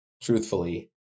Truthfully